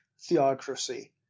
theocracy